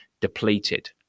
depleted